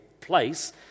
place